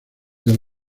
del